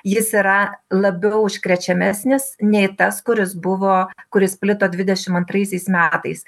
jis yra labiau užkrečiamesnis nei tas kuris buvo kuris plito dvidešimt antraisiais metais